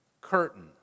curtain